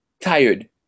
tired